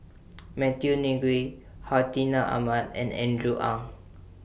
Matthew Ngui Hartinah Ahmad and Andrew Ang